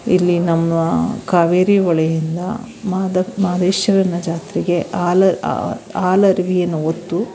ಇಲ್ಲಿ ನಮ್ಮ ಕಾವೇರಿ ಹೊಳೆಯಿಂದ ಮಾದಪ್ಪ ಮಹದೇಶ್ವರನ ಜಾತ್ರೆಗೆ ಹಾಲು ಹಾಲರ್ವಿಯನ್ನು ಹೊತ್ತು